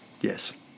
Yes